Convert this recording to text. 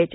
H